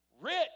rich